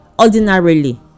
ordinarily